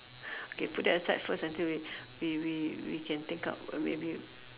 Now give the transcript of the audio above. okay put that aside first until we we we we can think up or maybe